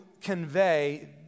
convey